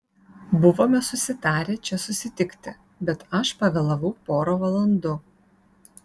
buvome susitarę čia susitikti bet aš pavėlavau pora valandų